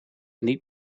niet